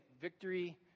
victory